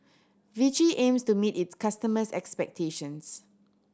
Vichy aims to meet its customers' expectations